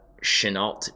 Chenault